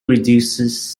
reduces